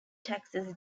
taxes